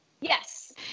Yes